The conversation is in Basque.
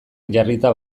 jarrita